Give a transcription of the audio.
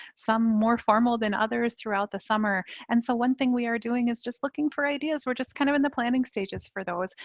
some more formal than others throughout the summer. and so one thing we are doing is just looking for ideas. we're just kind of in the planning stages for those.